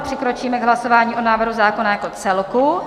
Přikročíme k hlasování o návrhu zákona jako celku.